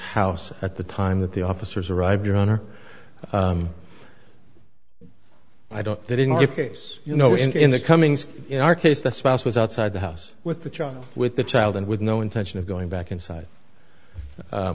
house at the time that the officers arrived your honor i don't you know in the cummings in our case the spouse was outside the house with the child with the child and with no intention of going back inside